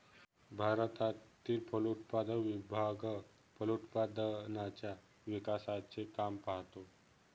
भारतातील फलोत्पादन विभाग फलोत्पादनाच्या विकासाचे काम पाहतो